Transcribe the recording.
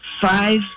Five